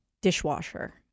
dishwasher